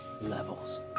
Levels